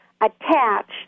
attached